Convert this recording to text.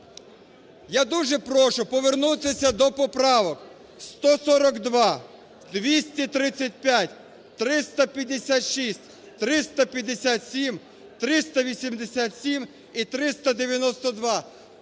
я дуже прошу повернутися до поправок: 142, 235, 356, 357, 387 і 392.